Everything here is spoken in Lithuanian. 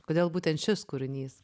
kodėl būtent šis kūrinys